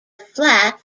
flat